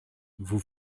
vous